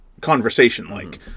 conversation-like